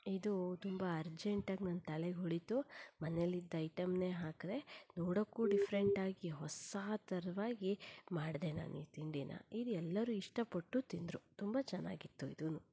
ಇದು ತುಂಬ ಅರ್ಜೆಂಟಾಗಿ ನನ್ನ ತಲೆಗೆ ಹೊಳೀತು ಮನೇಲಿದ್ದ ಐಟಮ್ನೆ ಹಾಕಿದೆ ನೋಡೋಕೂ ಡಿಫ್ರೆಂಟಾಗಿ ಹೊಸ ಥರ್ವಾಗಿ ಮಾಡಿದೆ ನಾನು ಈ ತಿಂಡಿನ ಇದು ಎಲ್ಲರೂ ಇಷ್ಟಪಟ್ಟು ತಿಂದರು ತುಂಬ ಚೆನ್ನಾಗಿತ್ತು ಇದೂನು